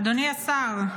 אדוני השר,